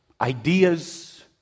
ideas